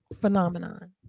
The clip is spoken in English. phenomenon